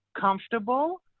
comfortable